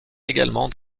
également